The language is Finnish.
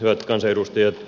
hyvät kansanedustajat